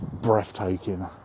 breathtaking